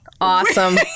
awesome